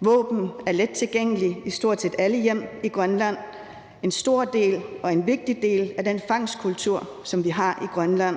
Våben er lettilgængelige i stort set alle hjem i Grønland. Det er en stor del og en vigtig del af den fangstkultur, som vi har i Grønland.